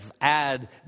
add